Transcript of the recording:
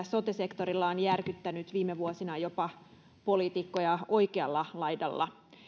sote sektorilla on järkyttänyt viime vuosina jopa poliitikkoja oikealla laidalla